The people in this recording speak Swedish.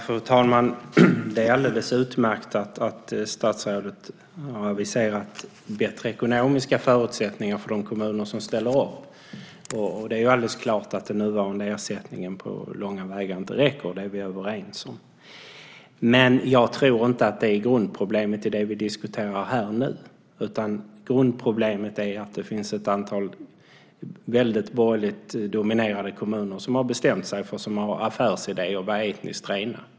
Fru talman! Det är alldeles utmärkt att statsrådet har aviserat bättre ekonomiska förutsättningar för de kommuner som ställer upp. Det är alldeles klart att den nuvarande ersättningen inte räcker på långa vägar. Det är vi överens om. Jag tror inte att det är grundproblemet i det vi diskuterar här. Grundproblemet är att det finns ett antal borgerligt dominerade kommuner som har bestämt sig för att ha som affärsidé att vara etniskt rena.